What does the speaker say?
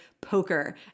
poker